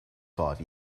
five